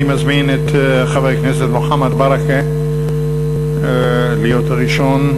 אני מזמין את חבר הכנסת מוחמד ברכה להיות הראשון.